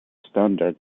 standard